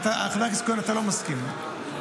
חבר הכנסת כהן, אתה לא מסכים, טוב.